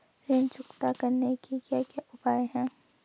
ऋण चुकता करने के क्या क्या उपाय हैं?